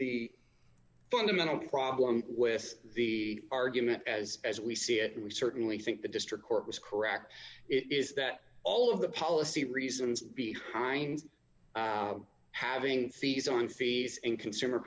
the fundamental problem with the argument as as we see it and we certainly think the district court was correct it is that all of the policy reasons behind having fees on fees and consumer